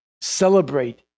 celebrate